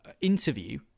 interview